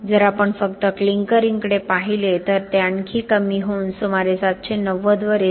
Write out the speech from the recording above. जर आपण फक्त क्लिंकरिंगकडे पाहिले तर ते आणखी कमी होऊन सुमारे 790 वर येते